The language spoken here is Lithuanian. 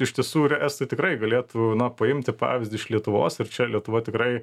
iš tiesų ir estai tikrai galėtų paimti pavyzdį iš lietuvos ir čia lietuva tikrai